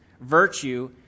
virtue